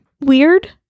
weird